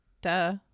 Duh